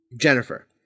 Jennifer